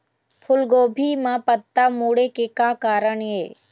फूलगोभी म पत्ता मुड़े के का कारण ये?